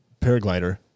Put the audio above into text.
paraglider